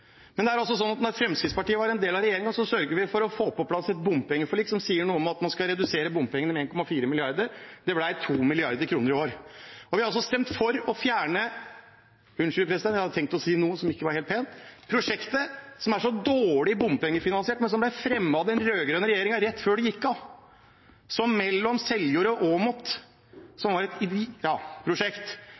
Fremskrittspartiet var en del av regjeringen, sørget vi for å få på plass et bompengeforlik som sier noe om at man skal redusere bompenger med 1,4 mrd. kr. Det ble 2 mrd. kr i år. Vi har stemt for å fjerne – unnskyld, president, jeg hadde tenkt å si noe som ikke er helt pent – prosjektet som er så dårlig, bompengefinansiert, men som ble fremmet av den rød-grønne regjeringen rett før den gikk av. Det gjelder veien mellom Seljord og Åmot, som var et id… – jeg sier ikke mer – prosjekt,